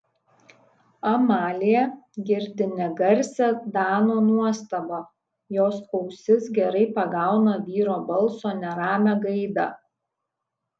amalija girdi negarsią dano nuostabą jos ausis gerai pagauna vyro balso neramią gaidą